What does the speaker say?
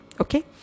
okay